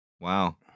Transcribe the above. Wow